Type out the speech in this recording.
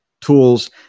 tools